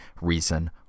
reason